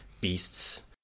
Beasts